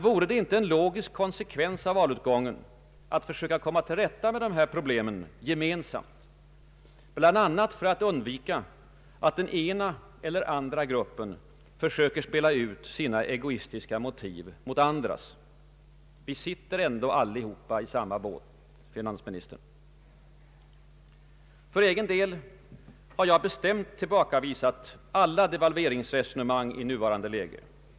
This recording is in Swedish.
Vore det inte en logisk konsekvens av valutgången att försöka komma till rätta med dessa problem gemensamt, bl.a. för att undvika att den ena eller den andra gruppen försöker spela ut sina egoistiska motiv mot andras? Vi sitter ändå alla i samma båt, herr finansminister. För egen del har jag bestämt tillbakavisat alla devalveringsresonemang i nuvarande läge.